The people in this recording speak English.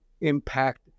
impact